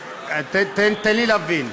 תן לי להבין.